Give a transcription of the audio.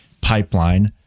Pipeline